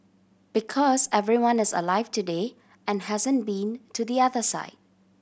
because everyone is alive today and hasn't been to the other side